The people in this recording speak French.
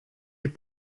est